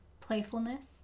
playfulness